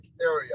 area